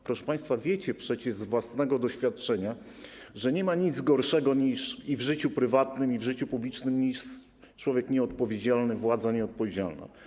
Proszę państwa, wiecie przecież z własnego doświadczenia, że nie ma nic gorszego i w życiu prywatnym, i w życiu publicznym niż człowiek nieodpowiedzialny, władza nieodpowiedzialna.